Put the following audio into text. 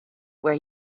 where